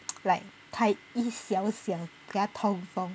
like 开一小小给它通风